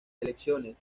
elecciones